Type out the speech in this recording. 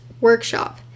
workshop